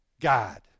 God